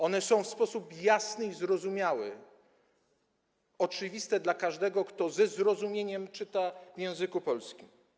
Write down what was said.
One są w sposób jasny i zrozumiały oczywiste dla każdego, kto ze zrozumieniem czyta w języku polskim.